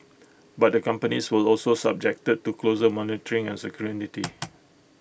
but the companies will also subjected to closer monitoring and scrutiny